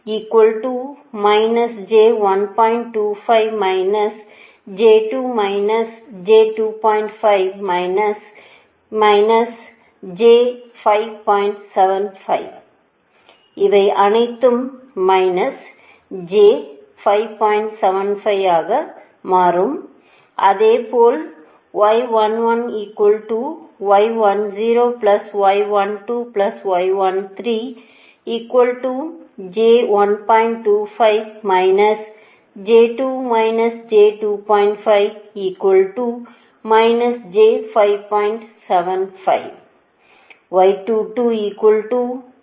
இவை அனைத்தையும் minus j 5